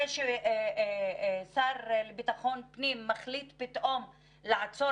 זה שהשר לביטחון פנים מחליט פתאום לעצור